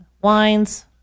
wines